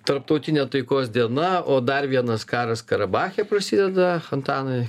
tarptautinė taikos diena o dar vienas karas karabache prasideda antanai